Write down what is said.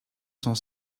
cent